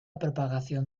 propagación